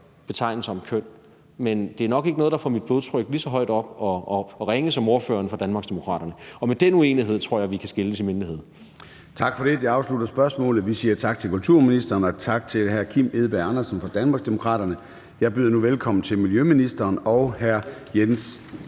betegnelser om køn, men det er nok ikke noget, der får mit blodtryk lige så højt op at ringe som ordføreren for Danmarksdemokraternes. Og med den uenighed tror jeg vi kan skilles i mindelighed. Kl. 13:17 Formanden (Søren Gade): Tak for det. Det afslutter spørgsmålet. Vi siger tak til kulturministeren og tak til hr. Kim Edberg Andersen fra Danmarksdemokraterne. Jeg byder nu velkommen til miljøministeren og hr. Jens